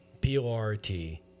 P-O-R-T